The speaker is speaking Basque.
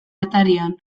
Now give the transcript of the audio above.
atarian